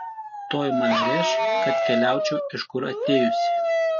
tuoj man rėš kad keliaučiau iš kur atėjusi